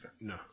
No